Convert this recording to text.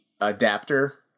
adapter